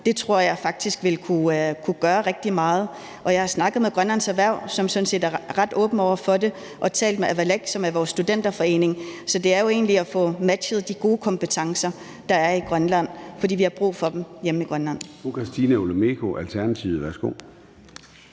Det tror jeg faktisk ville kunne gøre rigtig meget. Jeg har snakket med Grønlands erhverv, som sådan set er ret åben over for det, og jeg har talt med Avalak, som er vores studenterforening. Så det er jo egentlig at få matchet de gode kompetencer, der er i Grønland, for vi har brug for dem hjemme i Grønland.